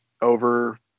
over